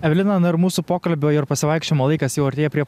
evelina na ir mūsų pokalbio ir pasivaikščiojimo laikas jau artėja prie